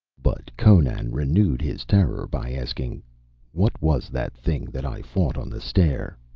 but conan renewed his terror by asking what was that thing that i fought on the stair?